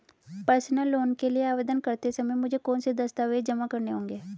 Personal loan के लिए आवेदन करते समय मुझे कौन से दस्तावेज़ जमा करने होंगे?